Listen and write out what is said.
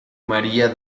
maría